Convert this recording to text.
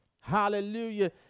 Hallelujah